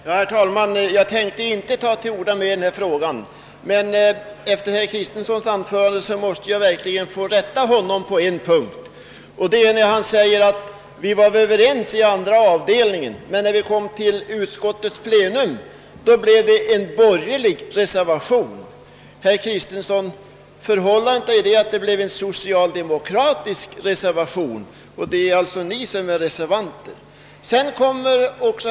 Herr talman! Jag hade inte tänkt ta till orda mer i denna fråga, men jag måste få rätta herr Kristenson på en punkt. Han sade att vi hade varit överens i andra avdelningen men att det vid utskottets plenum avgavs en borgerlig reservation. Herr Kristenson! Förhållandet är ju det att det avgavs en socialdemokratisk reservation. Det är alltså herr Kristenson och hans partivänner som är reservanter.